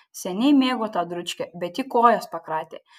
seniai mėgo tą dručkę bet ji kojas pakratė